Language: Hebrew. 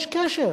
יש קשר,